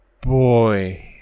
boy